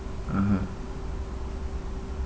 (uh huh)